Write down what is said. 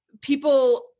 people